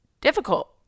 difficult